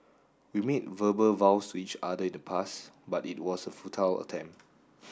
we made verbal vows to each other in the past but it was a futile attempt